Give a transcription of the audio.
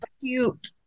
cute